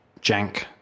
jank